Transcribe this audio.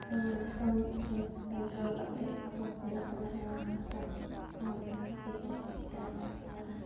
ᱱᱚᱣᱟ ᱫᱤᱥᱚᱢ ᱠᱤᱱ ᱵᱟᱧᱪᱟᱣ ᱟᱠᱟᱫᱼᱛᱮ ᱟᱵᱚ ᱢᱮᱱᱟᱜ ᱵᱚᱱᱟ ᱱᱚᱣᱟ ᱦᱟᱥᱟ ᱠᱚᱦᱚᱸ ᱢᱟᱹᱴᱤ ᱠᱚ ᱛᱮᱱᱟᱜ ᱢᱮᱱᱟᱜᱼᱟ